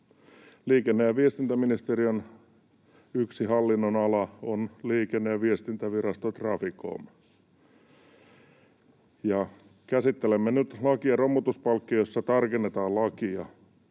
Liikenne- ja viestintäministeriön yksi hallinnonala on Liikenne- ja viestintävirasto Traficom. Käsittelemme nyt lakia romutuspalkkiosta, jossa tarkennetaan lakia.